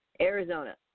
Arizona